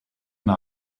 m’a